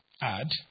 add